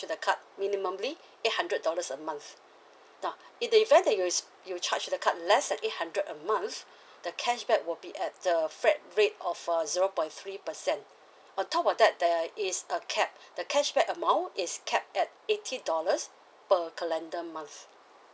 to the card minimally eight hundred dollars a month now in the event that you recei~ you charge the card less than eight hundred a month the cashback will be at the flat rate of uh zero point three percent on top of that there are is a cap the cashback amount is capped at eighty dollars per calendar month